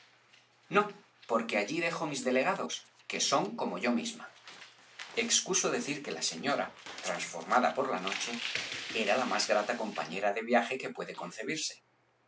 no porque allí dejo mis delegados que son como yo misma b pérez galdós excuso decir que la señora transformada por la noche era la más grata compañera de viaje que puede concebirse